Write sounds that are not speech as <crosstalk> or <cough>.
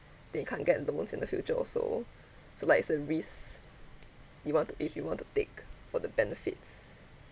they can't get loans in the future also <breath> so like it's a risks you want to if you want to take for the benefits